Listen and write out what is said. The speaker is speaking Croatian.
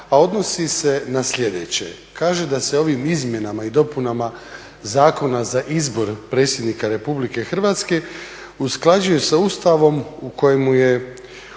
a odnosi se na sljedeće. Kaže da se ovim izmjenama i dopunama Zakona za izbor Predsjednik Republike Hrvatske usklađuje sa Ustavom u kojemu je